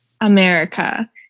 America